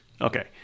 Okay